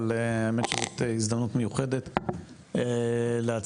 אבל האמת שזאת הזדמנות מיוחדת להצדיע